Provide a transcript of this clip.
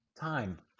time